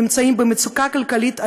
נמצאים במצוקה כלכלית איומה,